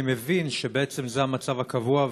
אני מבין שבעצם זה המצב הקבוע,